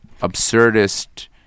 absurdist